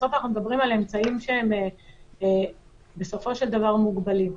בסוף אנחנו מדברים על אמצעים שבסופו של דבר הם מוגבלים.